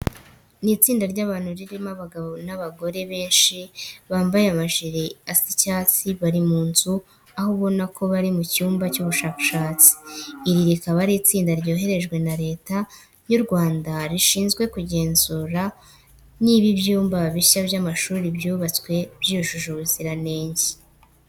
Ni itsinda ry'abantu ririmo abagabo n'abagore, abenshi bambaye amajire asa icyatsi bari mu nzu aho ubona ko bari mu cyumba cy'ubushakashatsi. Iri rikaba ari itsinda ryoherejwe na Leta y'u Rwanda rishinzwe kugenzura niba ibyumba bishya by'amashuri byubatswe byujuje ibisabwa.